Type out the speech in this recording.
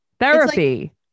therapy